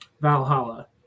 Valhalla